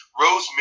Rosemary